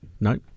No